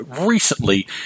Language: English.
recently